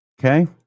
Okay